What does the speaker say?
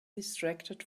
distracted